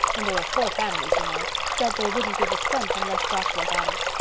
and there are four families, you know. said they wouldn't give a cent unless joshua got it.